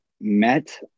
met